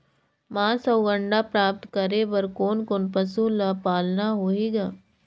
मांस अउ अंडा प्राप्त करे बर कोन कोन पशु ल पालना होही ग?